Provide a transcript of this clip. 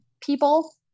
people